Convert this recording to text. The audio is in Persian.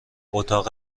اتاق